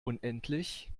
unendlich